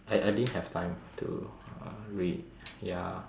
I I didn't have time to uh read ya